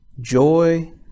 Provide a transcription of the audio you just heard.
joy